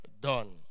done